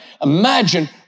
Imagine